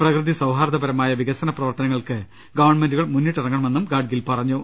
പ്രകൃതി സൌഹാർദപരമായ വികസന പ്രവർത്തനങ്ങൾക്ക് ഗവൺമെന്റുകൾ മുന്നിട്ടിറങ്ങണമെന്നും ഗാഡ്ഗിൽ പറഞ്ഞു